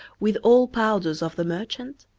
with all powders of the merchant?